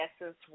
essence